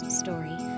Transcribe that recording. story